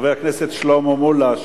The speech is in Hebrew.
חבר הכנסת שלמה מולה,